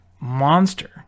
monster